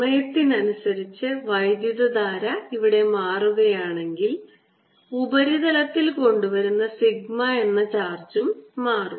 സമയത്തിനനുസരിച്ച് വൈദ്യുതധാര മാറുകയാണെങ്കിൽ ഉപരിതലത്തിൽ കൊണ്ടുവരുന്ന സിഗ്മ എന്ന ചാർജും മാറും